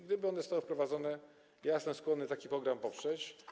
Gdyby one zostały wprowadzone, ja jestem skłonny taki program poprzeć.